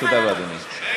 תודה לאדוני.